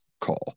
call